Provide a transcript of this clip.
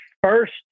first